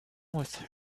with